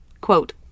Quote